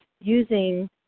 using